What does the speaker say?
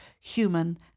human